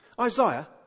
Isaiah